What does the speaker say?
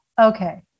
okay